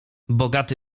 bogaty